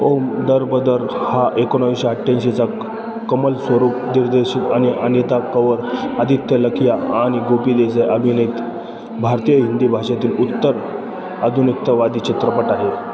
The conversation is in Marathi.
ओम दर ब दर हा एकोणाविसशे अठ्ठ्याऐंशीचा कमल स्वरूप दिर्देशी आणि अनिता कवल आदित्य लखिया आणि गोपी देसाई अभिनीत भारतीय हिंदी भाषेतील उत्तर आधुनिकतावादी चित्रपट आहे